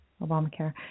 Obamacare